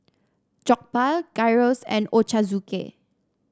Jokbal Gyros and Ochazuke